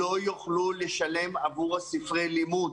לא יוכלו לשלם עבור ספרי הלימוד.